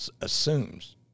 assumes